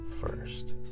first